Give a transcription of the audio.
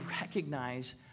recognize